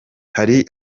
hari